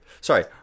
sorry